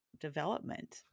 development